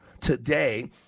today